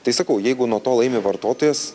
tai sakau jeigu nuo to laimi vartotojas